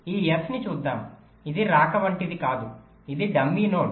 కాబట్టి ఈ s ని చూద్దాం ఇది రాక వంటిది కాదు ఇది డమ్మీ నోడ్